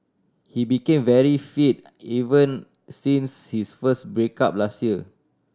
he became very fit even since his first break up last year